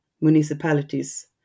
municipalities